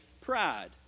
pride